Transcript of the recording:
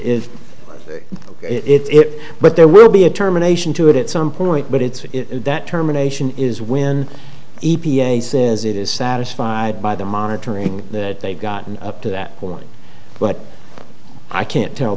but it is it but there will be a terminations to it at some point but it's that terminations is when e p a says it is satisfied by the monitoring that they've gotten up to that point but i can't tell